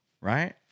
right